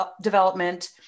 development